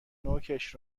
نوکش